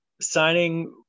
signing